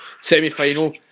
semi-final